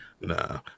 Nah